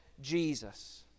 Jesus